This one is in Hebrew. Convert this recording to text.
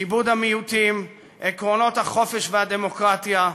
כיבוד המיעוטים, עקרונות החופש והדמוקרטיה,